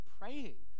praying